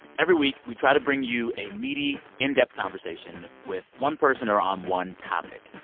every week, we try to bring you a meaty, in-depth conversation with one person or on one topic.